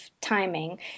timing